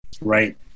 Right